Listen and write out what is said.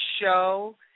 show